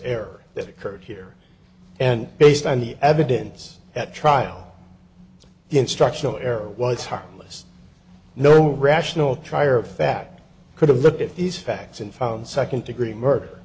error that occurred here and based on the evidence at trial instructional error was heartless no rational trier of fact could have looked at these facts and found second degree murder